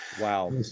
Wow